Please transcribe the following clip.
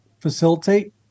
facilitate